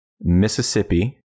Mississippi